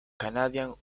canadian